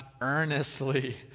earnestly